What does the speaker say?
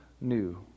new